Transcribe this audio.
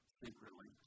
secretly